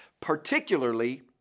particularly